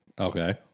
Okay